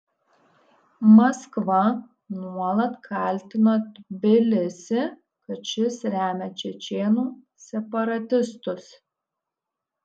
maskva nuolat kaltino tbilisį kad šis remia čečėnų separatistus